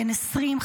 בן 20,